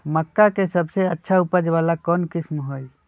मक्का के सबसे अच्छा उपज वाला कौन किस्म होई?